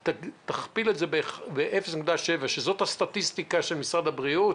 תכפיל את זה ב-0.7% - זאת הסטטיסטיקה של משרד הבריאות,